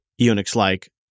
Unix-like